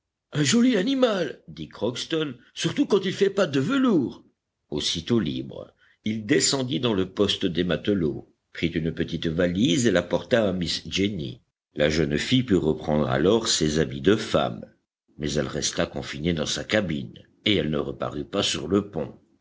un joli animal dit crockston surtout quand il fait patte de velours aussitôt libre il descendit dans le poste des matelots prit une petite valise et la porta à miss jenny la jeune fille put reprendre alors ses habits de femme mais elle resta confinée dans sa cabine et elle ne reparut pas sur le pont